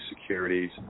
securities